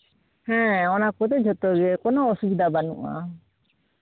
ᱦᱮᱸ ᱚᱱᱟ ᱠᱚᱫᱚ ᱡᱷᱚᱛᱚ ᱜᱮ ᱠᱳᱱᱳ ᱚᱥᱩᱵᱤᱫᱷᱟ ᱵᱟᱹᱱᱩᱜᱼᱟ